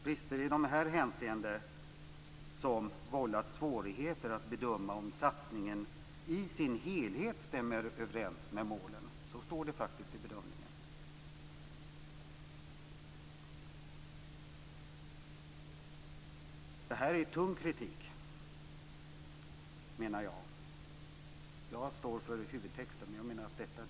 Brister i de här hänseendena har vållat svårigheter när det gäller att bedöma om satsningen i dess helhet stämmer överens med målen. Så står det faktiskt i bedömningen. Det här är tung kritik, menar jag. Jag står för huvudtexten, men jag menar att detta är tung kritik.